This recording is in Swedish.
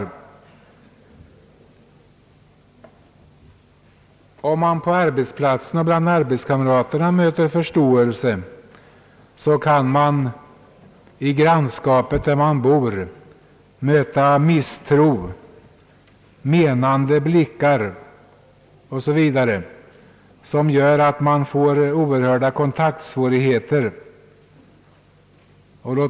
Även om de på arbetsplatsen bland arbetskamraterna möter förståelse, så kan de kanske i grannskapet där de bor tvärtom möta misstro, menande blickar osv. vilket gör att de får oerhörda kontaktsvårigheter.